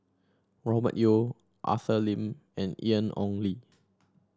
Robert Yeo Arthur Lim and Ian Ong Li